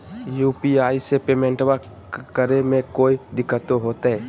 UPI से पेमेंटबा करे मे कोइ दिकतो होते?